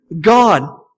God